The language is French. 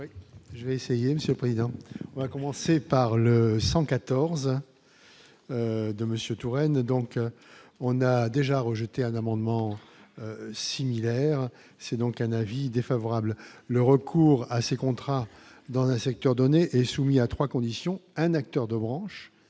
Je vais essayer Monsieur Président, à commencer par le 114 de Monsieur Touraine, donc on a déjà rejeté à l'amendement similaire, c'est donc un avis défavorable, le recours à ces contrats dans un secteur donné est soumis à 3 conditions : un acteur de branches,